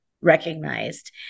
recognized